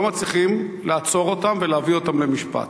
לא מצליחים לעצור אותם ולהביא אותם למשפט.